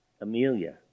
Amelia